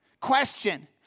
Question